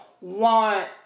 want